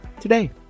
today